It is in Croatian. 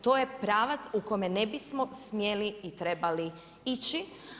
To je pravac u kojem ne bismo smjeli i trebali ići.